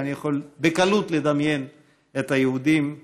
ואני יכול בקלות לדמיין את היהודים,